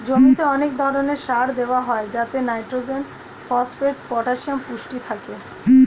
জমিতে অনেক ধরণের সার দেওয়া হয় যাতে নাইট্রোজেন, ফসফেট, পটাসিয়াম পুষ্টি থাকে